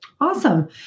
Awesome